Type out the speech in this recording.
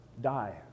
die